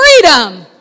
freedom